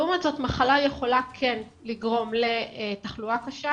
לעומת זאת, מחלה יכולה כן לגרום לתחלואה קשה